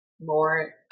more